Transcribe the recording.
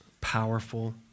powerful